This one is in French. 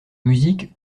musique